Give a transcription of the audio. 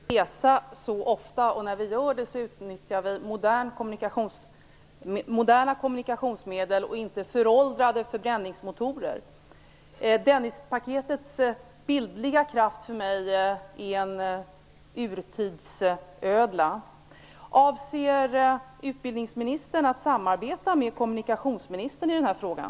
Herr talman! I mitt framtida samhälle behöver vi inte resa så ofta, och när vi gör det utnyttjar vi moderna kommunikationsmedel och inte föråldrade förbränningsmotorer. Dennispaketets bildliga kraft för mig är en urtidsödla. Avser utbildningsministern att samarbeta med kommunikationsministern i den här frågan?